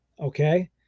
Okay